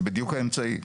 זה בדיוק האמצעי.